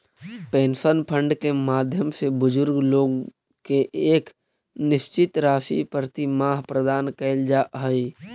pension fund के माध्यम से बुजुर्ग लोग के एक निश्चित राशि प्रतिमाह प्रदान कैल जा हई